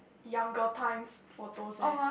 younger times photos eh